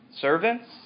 Servants